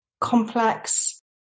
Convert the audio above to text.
complex